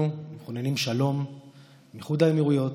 אנחנו מכוננים שלום עם איחוד האמירויות,